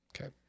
Okay